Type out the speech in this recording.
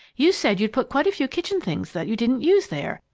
you said you'd put quite a few kitchen things that you didn't use there,